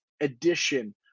edition